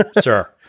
sir